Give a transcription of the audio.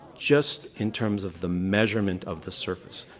just in terms of the measurement of the surface.